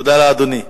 תודה לאדוני.